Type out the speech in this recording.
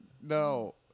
No